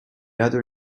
other